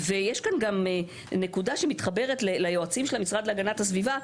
ויש כאן גם נקודה שמתחברת ליועצים של המשרד להגנת הסביבה,